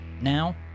Now